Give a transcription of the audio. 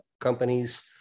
companies